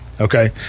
okay